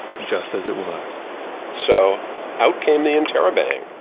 just as it was so out came the interrobang!